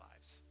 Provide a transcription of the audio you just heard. lives